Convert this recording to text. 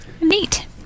Neat